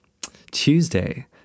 tuesday